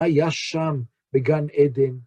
היה שם, בגן עדן.